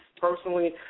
personally